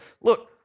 Look